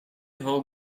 all